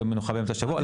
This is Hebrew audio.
יום מנוחה באמצע שבוע.